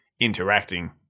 interacting